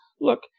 look